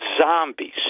zombies